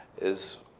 is